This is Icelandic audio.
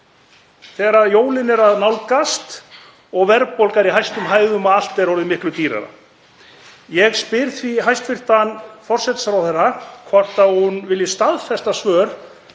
þegar jólin eru að nálgast og verðbólga er í hæstum hæðum og allt er orðið miklu dýrara. Ég spyr því hæstv. forsætisráðherra hvort hún vilji staðfesta svör